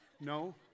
no